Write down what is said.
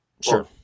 Sure